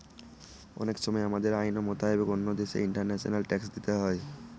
অনেক সময় আমাদের আইন মোতাবেক অন্য দেশে ইন্টারন্যাশনাল ট্যাক্স দিতে হয়